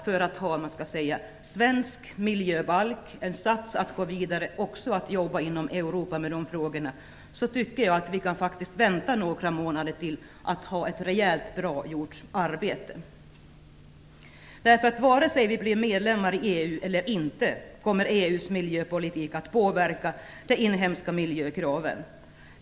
För att vi skall kunna få en bra svensk miljöbalk att gå vidare med och även kunna jobba inom Europa med dessa frågor tycker jag att vi kan vänta några månader. Då kan vi få något bra att arbeta med. Vare sig vi blir medlemmar i EU eller inte kommer EU:s miljöpolitik att påverka de inhemska miljökraven.